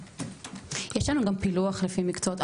יש לנו גם פילוח לפי מקצועות?